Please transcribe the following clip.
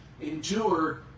endure